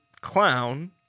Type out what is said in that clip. clown